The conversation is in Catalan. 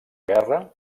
guerra